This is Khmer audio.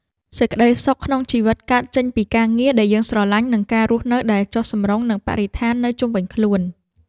សេចក្តីសុខក្នុងជីវិតកើតចេញពីការងារដែលយើងស្រឡាញ់ និងការរស់នៅដែលចុះសម្រុងនឹងបរិស្ថាននៅជុំវិញខ្លួន។